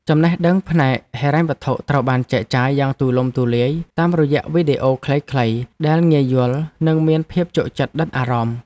ចំណេះដឹងផ្នែកហិរញ្ញវត្ថុត្រូវបានចែកចាយយ៉ាងទូលំទូលាយតាមរយៈវីដេអូខ្លីៗដែលងាយយល់និងមានភាពជក់ចិត្តដិតអារម្មណ៍។